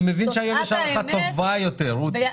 אני מבין שהיום יש הערכה טובה יותר, רות.